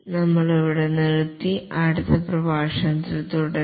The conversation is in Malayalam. നമ്മൾ ഇവിടെ നിർത്തി അടുത്ത പ്രഭാഷണത്തിൽ തുടരും